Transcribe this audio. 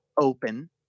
open